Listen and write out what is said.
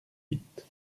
huit